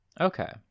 Okay